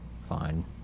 fine